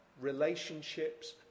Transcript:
relationships